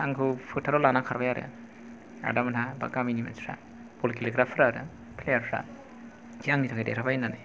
आंखौ फोथारआव लानानै खारबाय आरो आदामोनहा एबा गामिनि मानसिफ्रा बल गेलेग्राफोरा आरो प्लेयार फ्रा आंनि थाखाय देरहाबाय होननानै